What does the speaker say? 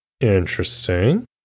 Interesting